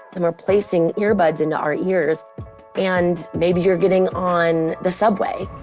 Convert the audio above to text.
and we're placing ear buds into our ears and maybe you're getting on the subway